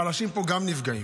החלשים פה גם נפגעים.